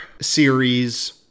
series